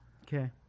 okay